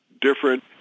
different